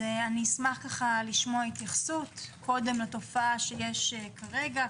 אשמח לשמוע התייחסות קודם לתופעה שיש כרגע,